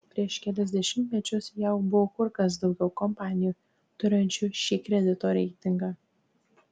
prieš kelis dešimtmečius jav buvo kur kas daugiau kompanijų turinčių šį kredito reitingą